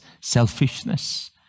selfishness